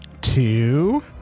Two